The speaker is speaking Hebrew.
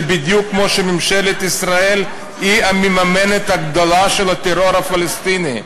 זה בדיוק כמו שממשלת ישראל היא המממנת הגדולה של הטרור הפלסטיני,